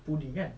pudding right